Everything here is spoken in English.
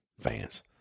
fans